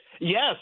Yes